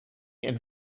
army